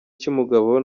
cy’umugabo